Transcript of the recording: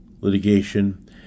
litigation